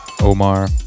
Omar